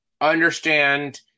understand